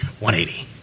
180